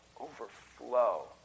overflow